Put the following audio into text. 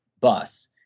bus